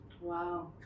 wow